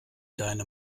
deine